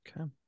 Okay